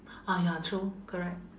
ah ya true correct